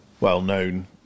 well-known